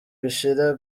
bishira